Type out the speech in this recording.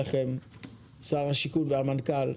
שר השיכון, המנכ"ל,